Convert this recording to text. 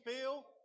feel